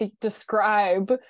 describe